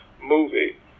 movie